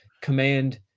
command